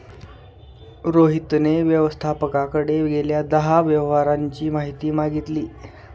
रोहितने व्यवस्थापकाकडे गेल्या दहा व्यवहारांची माहिती मागितली